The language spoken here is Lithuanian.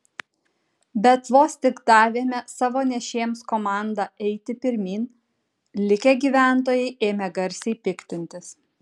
bet vos tik davėme savo nešėjams komandą eiti pirmyn likę gyventojai ėmė garsiai piktintis